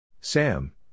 Sam